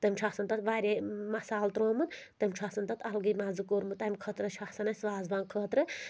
تٔمۍ چھُ آسان تَتھ واریاہ مَصالہٕ ترومُت تٔمۍ چھُ آسان تَتھ اَلگٕے مَزٕ کوٚرمُت تَمہِ خٲطرٕ چھُ آسان اَسہِ وازوان خٲطرٕ